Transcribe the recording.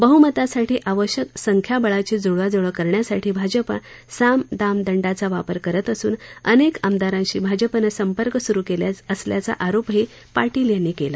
बहमतासाठी आवश्यक संख्याबळाची जुळवाजुळव करण्यासाठी भाजप साम दाम दंडाचा वापर करत असून अनेक आमदारांशी भाजपनं संपर्क सुरु केला असल्याचा आरोपही पाटील यांनी केला